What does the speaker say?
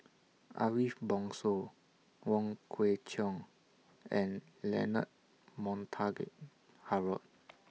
Ariff Bongso Wong Kwei Cheong and Leonard Montague Harrod